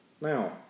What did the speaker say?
Now